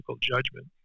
judgment